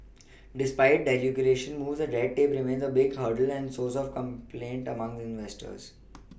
despite deregulation moves red tape remains a big hurdle and source of complaint among investors